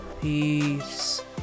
Peace